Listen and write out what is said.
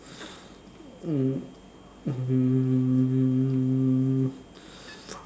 mm